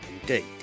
indeed